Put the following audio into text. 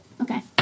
Okay